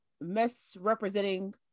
misrepresenting